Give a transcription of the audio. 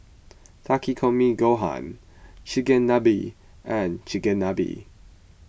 Takikomi Gohan Chigenabe and Chigenabe